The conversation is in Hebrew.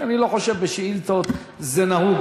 כי אני לא חושב שבשאילתות זה נהוג,